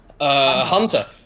Hunter